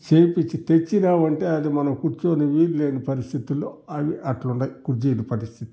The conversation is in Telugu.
చేపిచ్చి తెచ్చినామంటే అది మనం కుర్చుని వీలులేని పరిస్థుతుల్లో అవి అట్లున్నాయి కుర్చీల పరిస్థితి